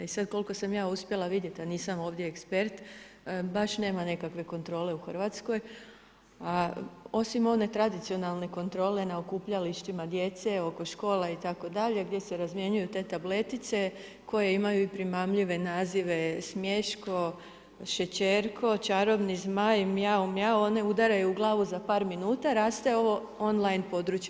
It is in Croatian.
I sad koliko sam ja uspjela vidjeti, a nisam ovdje ekspert, baš nema nekakve kontrole u Hrvatskoj, a osim one tradicionalne kontrole na okupljalištima djece oko škole itd. gdje se razmjenjuju te tabletice koji imaju primamljive nazive, smješko, šećerko, čarobni zmaj, mijau mijau, oni udaraju u glavu za par minuta, raste ovo on line područje.